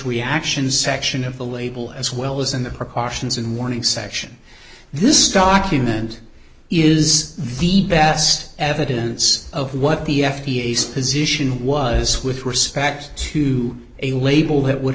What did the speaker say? reactions section of the label as well as in the proportions and warning section this document is the best evidence of what the f d a says position was with respect to a label that would